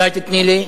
אולי תיתני לי?